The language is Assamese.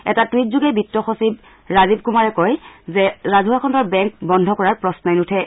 এটা টুইট যোগে বিত্ত সচিব ৰাজীৱ কুমাৰে কয় যে ৰাজহুৱা খণ্ডৰ বেংক বন্ধ কৰাৰ প্ৰশ্নই নুঠে